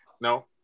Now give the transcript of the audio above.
No